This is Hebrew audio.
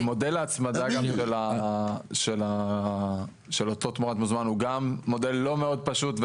מודל ההצמדה גם של אותה תמורת מזומן הוא גם מודל לא מאוד פשוט,